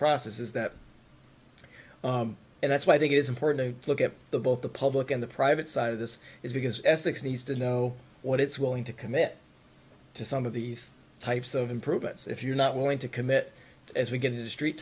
process is that and that's why i think it is important to look at both the public and the private side of this is because essex needs to know what it's willing to commit to some of these types of improvements if you're not willing to commit as we get to the street